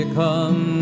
come